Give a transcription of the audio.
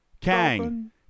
Kang